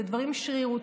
אלה דברים שרירותיים,